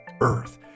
Earth